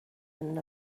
and